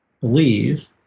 believe